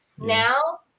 Now